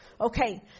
Okay